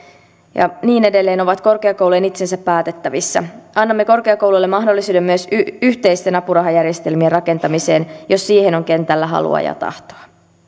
ja niin edelleen ovat korkeakoulujen itsensä päätettävissä annamme korkeakouluille mahdollisuuden myös yhteisten apurahajärjestelmien rakentamiseen jos siihen on kentällä halua ja tahtoa